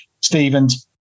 Stephen's